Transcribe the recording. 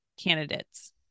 candidates